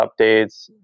updates